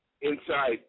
inside